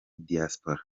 diaspora